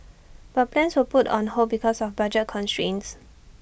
but plans were put on hold because of budget constraints